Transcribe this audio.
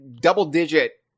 double-digit